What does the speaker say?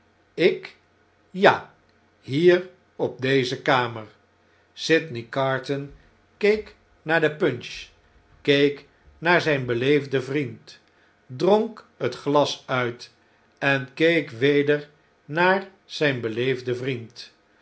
ik ja hier op de kamer sydney carton keek naar de punch keek naar zijn beleefden vriend dronk het glas uit en keek weder naar zijn beleefden vriend